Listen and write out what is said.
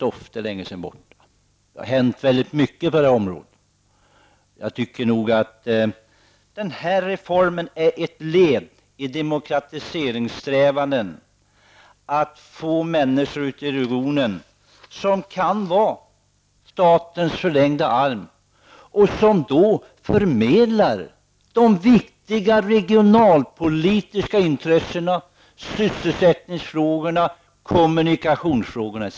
De är sedan länge borta. Det har hänt mycket på det här området. Jag tycker att reformen är ett led i demokratiseringssträvandena för att få människor i regionen att vara statens förlängda arm och förmedla de viktiga regionalpolitiska intressena såsom sysselsättningsfrågorna, kommunikationsfrågorna etc.